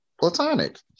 platonic